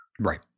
Right